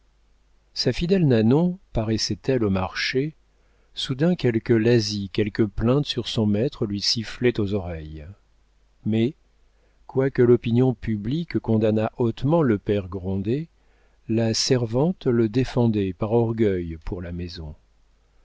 sa fidèle nanon paraissait-elle au marché soudain quelques lazzis quelques plaintes sur son maître lui sifflaient aux oreilles mais quoique l'opinion publique condamnât hautement le père grandet la servante le défendait par orgueil pour la maison